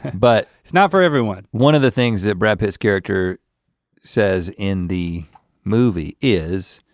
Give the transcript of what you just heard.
but it's not for everyone. one of the things that brad pitt's character says in the movie is,